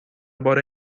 بار